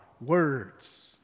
words